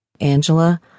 Angela